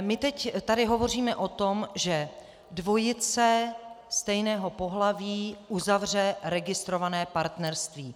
My teď tady hovoříme o tom, že dvojice stejného pohlaví uzavře registrované partnerství.